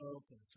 okay